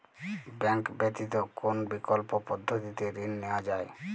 Bank ব্যতিত কোন বিকল্প পদ্ধতিতে ঋণ নেওয়া যায়?